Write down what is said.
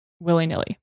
willy-nilly